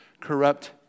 corrupt